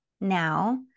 now